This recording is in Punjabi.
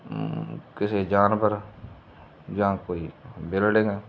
ਕਿਸੇ ਜਾਨਵਰ ਜਾਂ ਕੋਈ ਬਿਲਡਿੰਗ